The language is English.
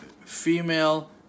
female